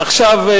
עכשיו,